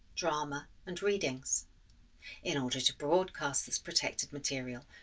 drama and readings in order to broadcast this protected material,